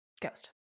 ghost